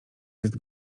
jest